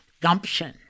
gumption